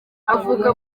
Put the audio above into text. avuka